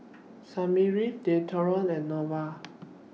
Smirnoff Dualtron and Nova